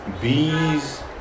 bees